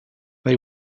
they